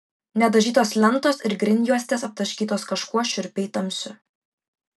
nedažytos lentos ir grindjuostės aptaškytos kažkuo šiurpiai tamsiu